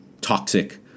toxic